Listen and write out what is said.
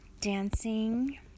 Dancing